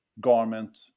garment